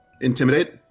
Intimidate